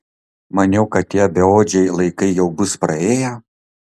maniau kad tie beodžiai laikai jau bus praėję